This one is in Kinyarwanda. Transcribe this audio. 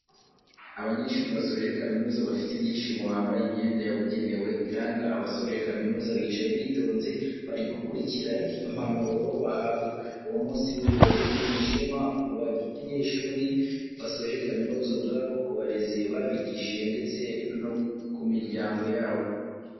Abanyeshuri basoje kamizuza bafite ibyishimo, bambaye imyenda yabugenewe iranga abasoje kaminuza bicaye bitonze bari gukurikira impanuro bahabwa, uwo munsi w'ibirori ni ishema ku banyeshuri basoje kaminuza ubwabo, ku barezi babigishije ndetse no ku miryango yabo.